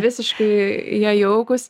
visiškai jie jaukūs